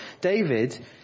David